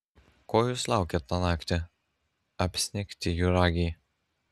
ko jūs laukėt tą naktį apsnigti juragiai